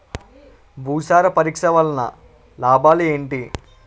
భూసార పరీక్ష వలన లాభాలు ఏంటి?